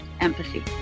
empathy